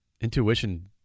Intuition